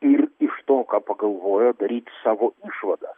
ir iš to ką pagalvojo daryti savo išvadą